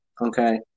Okay